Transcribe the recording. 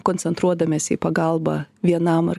koncentruodamiesi į pagalbą vienam ar